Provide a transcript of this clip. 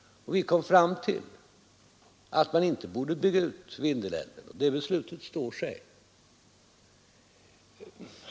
Vi kom fram till att man inte borde bygga ut Vindelälven, och det beslutet står sig.